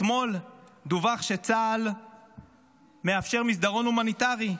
אתמול דווח שצה"ל מאפשר מסדרון הומניטרי.